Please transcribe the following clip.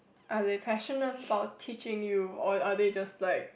are they passionate about teaching you or are they just like